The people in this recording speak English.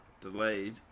delayed